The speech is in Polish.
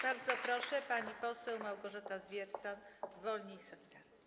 Bardzo proszę, pani poseł Małgorzata Zwiercan, Wolni i Solidarni.